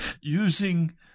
using